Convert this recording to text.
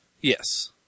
Yes